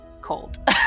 cold